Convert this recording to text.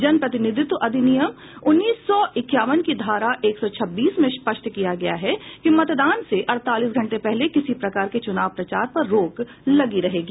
जनप्रतिनिधित्व अधिनियम उन्नीस सौ इक्यावन की धारा एक सौ छब्बीस में स्पष्ट किया गया है कि मतदान से अड़तालीस घंटे पहले किसी प्रकार के चुनाव प्रचार पर रोक लगी रहेगी